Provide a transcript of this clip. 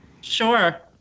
Sure